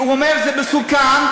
הוא אומר: זה מסוכן.